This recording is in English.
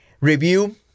review